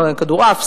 כדורעף,